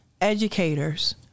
educators